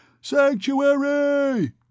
Sanctuary